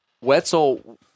Wetzel